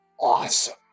awesome